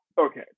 Okay